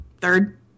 Third